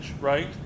right